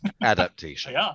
adaptation